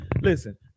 Listen